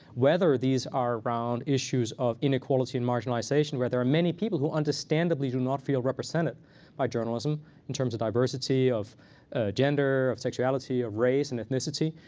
whether these are around issues of inequality and marginalization, where there are many people who understandably do not feel represented by journalism in terms of diversity, of gender, of sexuality, of race, and ethnicity,